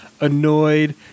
annoyed